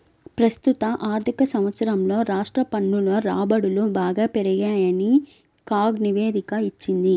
ప్రస్తుత ఆర్థిక సంవత్సరంలో రాష్ట్ర పన్నుల రాబడులు బాగా పెరిగాయని కాగ్ నివేదిక ఇచ్చింది